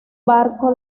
barco